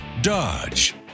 Dodge